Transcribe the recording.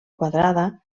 quadrada